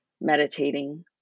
meditating